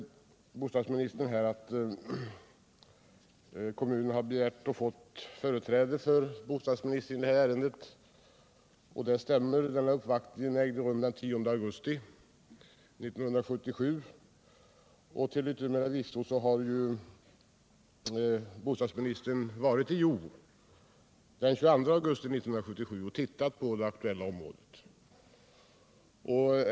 Bostadsministern säger att kommunen begärt och fått företräde för bostadsministern i detta ärende. Det stämmer. Den uppvaktningen ägde rum den 10 augusti 1977. Till yttermera visso var bostadsministern i Hjo och tittade på det aktuella området den 22 augusti 1977.